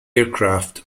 aircraft